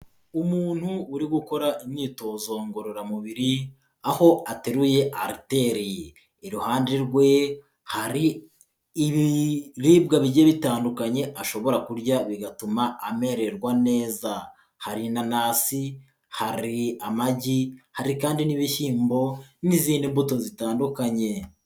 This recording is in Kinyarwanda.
Umuntu uri gukora imyitozo ngororamubiri aho ateruye ariteri, iruhande rwe hari ibiribwa bigiye bitandukanye ashobora kurya bigatuma amererwa neza, hari inanasi, hari amagi, hari kandi n'ibishyimbo n'izindi mbuto zitandukanye.